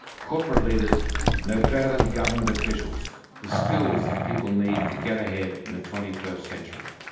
corporate leaders know better than government officials the skills that people need to get ahead in the twenty first century.